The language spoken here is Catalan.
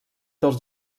dels